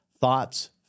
thoughts